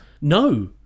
No